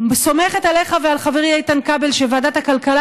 וסומכת עליך ועל חברי איתן כבל שוועדת הכלכלה